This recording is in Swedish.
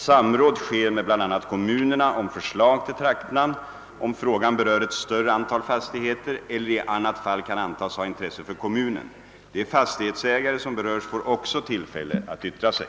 Samråd sker med bl.a. kommunerna om förslag till traktnamn om frågan berör ett större antal fastigheter eller i annat fall kan antas ha intresse för kommunen. De fastighetsägare som berörs får också tillfälle att vitra sig.